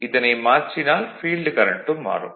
இதனை மாற்றினால் ஃபீல்டு கரண்ட்டும் மாறும்